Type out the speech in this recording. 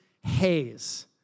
haze